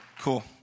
Cool